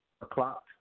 o'clock